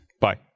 Bye